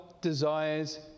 desires